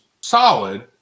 solid